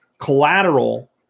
collateral